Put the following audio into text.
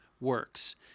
works